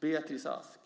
Beatrice Ask